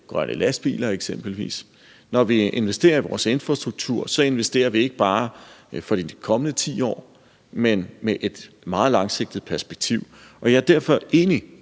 grønne lastbiler eksempelvis. Når vi investerer i vores infrastruktur, investerer vi ikke bare for de kommende 10 år, men ud fra et meget langsigtet perspektiv. Jeg er derfor enig